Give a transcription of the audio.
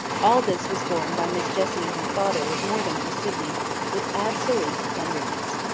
all this was borne by miss jessie and her father with more than placidity with absolute tenderness.